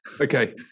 Okay